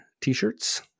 t-shirts